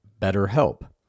BetterHelp